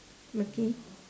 okay